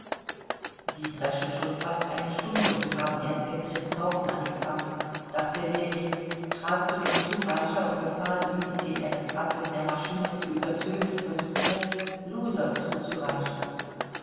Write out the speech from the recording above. sie dreschen schon fast eine stunde und haben erst den dritten haufen angefangen dachte ljewin trat zu dem zureicher und befahl ihm indem er das rasseln der maschine zu übertönen versuchte loser zuzureichen